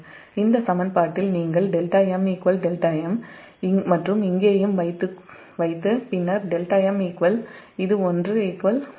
இந்த சமன்பாட்டில் நீங்கள் δ1 δm மற்றும் இங்கேயும் வைத்து பின்னர் δm 𝝅 δ0